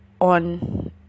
on